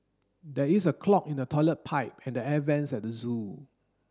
there is a clog in the toilet pipe and the air vents at the zoo